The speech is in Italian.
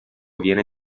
viene